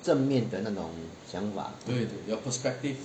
正面的那种想法